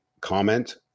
comment